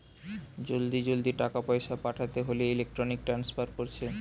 জলদি জলদি টাকা পয়সা পাঠাতে হোলে ইলেক্ট্রনিক ট্রান্সফার কোরছে